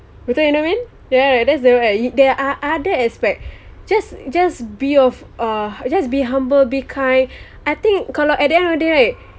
betul you know what I mean ya right there's the there are other aspect just just be of uh just be humble be kind I think kalau at the end of the day right